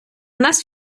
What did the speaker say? нас